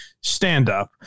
stand-up